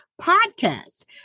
Podcast